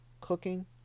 cooking